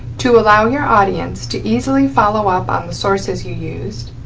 to allow your audience to easily follow up on the sources you used,